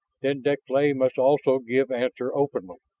then deklay must also give answer openly.